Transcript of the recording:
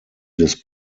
des